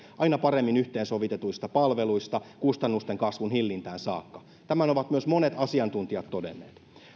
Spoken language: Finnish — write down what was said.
aina paremmin yhteensovitetuista palveluista kustannusten kasvun hillintään saakka tämän ovat myös monet asiantuntijat todenneet